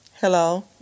Hello